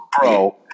Bro